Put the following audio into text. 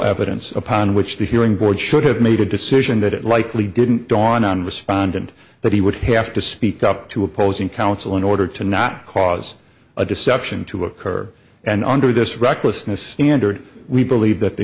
evidence upon which the hearing board should have made a decision that it likely didn't dawn on respondent that he would have to speak up to opposing counsel in order to not cause a deception to occur and under this recklessness standard we believe th